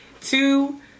two